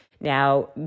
Now